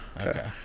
Okay